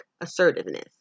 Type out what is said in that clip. assertiveness